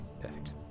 Perfect